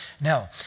No